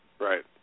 Right